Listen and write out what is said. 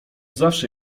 zawsze